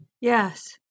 yes